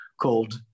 called